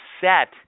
set